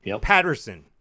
Patterson